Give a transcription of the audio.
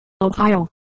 Ohio